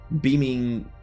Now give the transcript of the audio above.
beaming